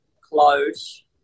close